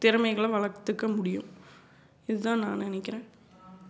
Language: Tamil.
திறமைகளை வளர்த்துக்க முடியும் இது தான் நான் நினைக்கிறேன்